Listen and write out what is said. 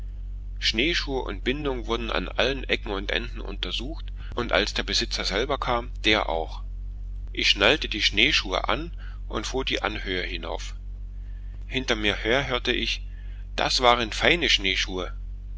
schneeschuhe und bindung wurden an allen ecken und enden untersucht und als der besitzer selber kam der auch ich schnallte die schneeschuhe an und fuhr die anhöhe hinauf hinter mir her hörte ich das waren feine schneeschuhe